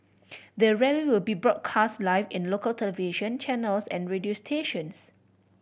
the rally will be broadcast live in local television channels and radio stations